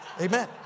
Amen